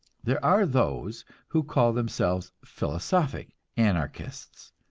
there are those who call themselves philosophic anarchists,